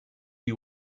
you